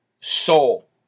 soul